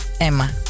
Emma